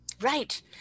right